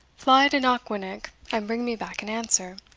fly to knockwinnock, and bring me back an answer.